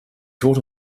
taught